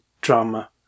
drama